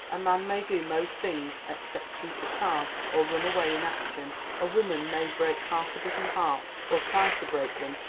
a man may do most things except cheat at cards or run away in action a woman may break half-a-dozen hearts, or try to break them,